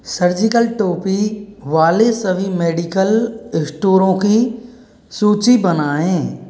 surgical टोपी वाले सभी मेडिकल स्टोरों की सूची बनाएँ